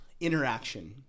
interaction